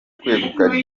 kwegukana